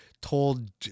told